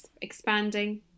expanding